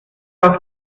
auf